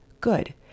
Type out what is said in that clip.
good